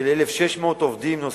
של 1,600 עובדים נוספים.